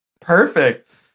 perfect